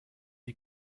die